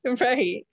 Right